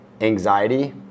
anxiety